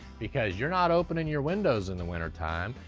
because you're not opening your windows in the winter time.